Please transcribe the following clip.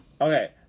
Okay